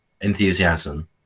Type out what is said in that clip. enthusiasm